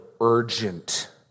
urgent